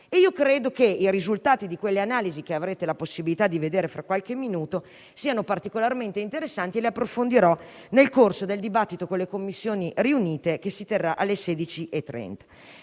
Credo che i risultati di quelle analisi - che avrete la possibilità di vedere fra qualche minuto - siano particolarmente interessanti, le approfondirò nel corso del dibattito con le Commissioni riunite che si terrà alle 16,30.